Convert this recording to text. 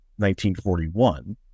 1941